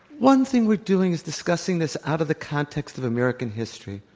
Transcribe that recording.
one thing we're doing is discussing this out of the context of american history.